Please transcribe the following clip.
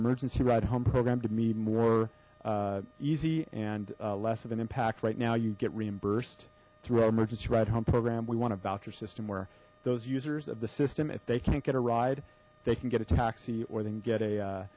emergency ride home program to meet more easy and less of an impact right now you get reimbursed through our emergency ride home program we want a voucher system where those users of the system if they can't get a ride they can get a taxi or then get a